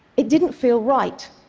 it didn't feel right.